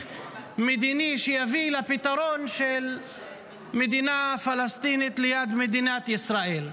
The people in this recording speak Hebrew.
מדיני שיביא לפתרון של מדינה פלסטינית ליד מדינת ישראל.